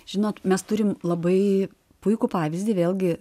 žinot mes turim labai puikų pavyzdį vėlgi